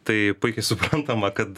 tai puikiai suprantama kad